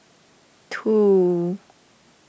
two